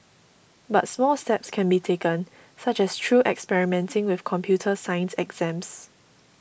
but small steps can be taken such as through experimenting with computer science exams